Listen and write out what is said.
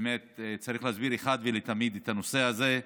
באמת צריך להסביר אחת ולתמיד את הנושא הזה.